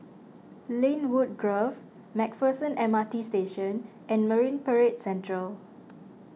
Lynwood Grove MacPherson M R T Station and Marine Parade Central